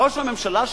ראש הממשלה,